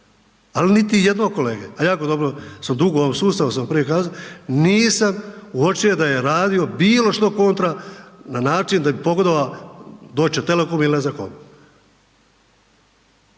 al niti jednog kolege, a jako dobro sam dugo u ovom sustavu, sam prije kazao, nisam uočio da je radio bilo što kontra na način da bi pogodovao Deutsche telekomu ili ne znam